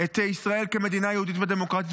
את ישראל כמדינה יהודית ודמוקרטית,